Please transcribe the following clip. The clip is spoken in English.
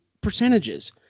percentages